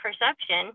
perception